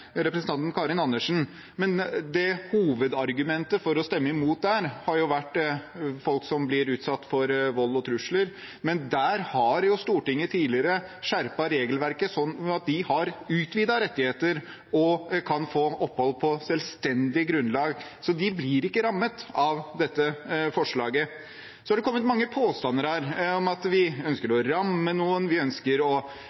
representanten Karin Andersen. Hovedargumentet for å stemme imot, har vært folk som blir utsatt for vold og trusler, men der har Stortinget tidligere skjerpet regelverket sånn at de har utvidede rettigheter og kan få opphold på selvstendig grunnlag. Så de blir ikke rammet av dette forslaget. Så har det kommet mange påstander her om at vi ønsker